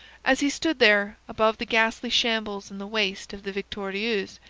as he stood there, above the ghastly shambles in the waist of the victorieuse,